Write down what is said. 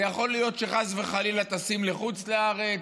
זה יכול להיות שחס וחלילה טסים לחוץ לארץ,